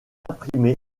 imprimé